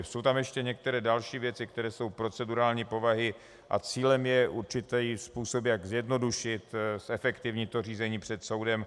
Jsou tam ještě některé další věci, které jsou procedurální povahy a cílem je určitý způsob, jak zjednodušit a zefektivnit řízení před soudem.